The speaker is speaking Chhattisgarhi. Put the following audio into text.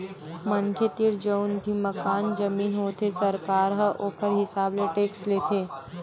मनखे तीर जउन भी मकान, जमीन होथे सरकार ह ओखर हिसाब ले टेक्स लेथे